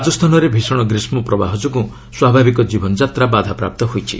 ରାଜସ୍ଥାନରେ ଭୀଷଣ ଗ୍ରୀଷ୍କପ୍ରବାହ ଯୋଗୁଁ ସ୍ୱାଭାବିକ ଜୀବନଯାତ୍ରା ବାଧାପ୍ରାପ୍ତ ହୋଇଛି